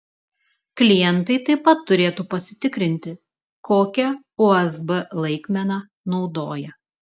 klientai taip pat turėtų pasitikrinti kokią usb laikmeną naudoja